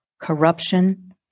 Corruption